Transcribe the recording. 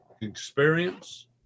experience